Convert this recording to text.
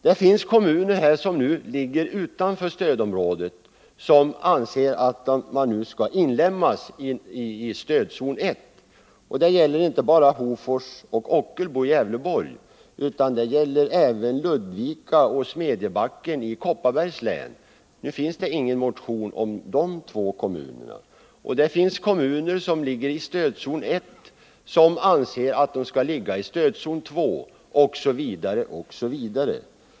Det finns kommuner utanför stödområdet som anser att de nu bör inlemmas i stödzon 1. Det gäller inte bara Hofors och Ockelbo i Gävleborgs län utan också Ludvika och Smedjebacken i Kopparbergs län, även om det inte har väckts någon motion om dessa två kommuner. Det finns också kommuner i stödzon 1 som anser att de skall ligga i stödzon 2, osv.